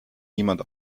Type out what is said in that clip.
niemand